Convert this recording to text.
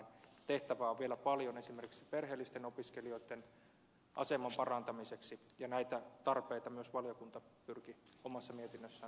tehtävää on vielä paljon esimerkiksi perheellisten opiskelijoitten aseman parantamiseksi ja näitä tarpeita myös valiokunta pyrki omassa mietinnössään tuomaan esille